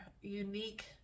unique